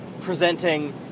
presenting